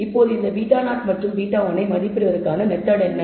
எனவே இப்போது இந்த β0 மற்றும் β1 ஐ மதிப்பிடுவதற்கான மெத்தட் என்ன